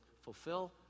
fulfill